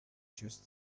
just